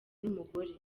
n’umugore